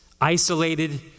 isolated